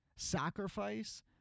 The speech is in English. sacrifice